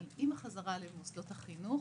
אבל עם החזרה למוסדות החינוך,